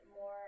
more